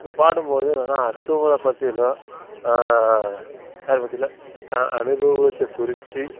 இவங்க பாடும்போது என்னென்னால் அடுத்தவுங்கள பற்றி இல்லை யாரை பற்றியும் இல்லை தான் அனுபவத்தை குறித்து